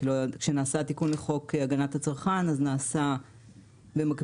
כשנעשה תיקון לחוק הגנת הצרכן נעשה במקביל